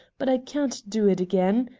but i can't do it again.